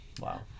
Wow